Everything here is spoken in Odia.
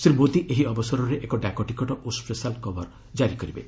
ଶ୍ରୀ ମୋଦି ଏହି ଅବସରରେ ଏକ ଡାକଟିକଟ ଓ ସ୍କେଶାଲ୍ କଭର୍ ଜାରି କରିବେ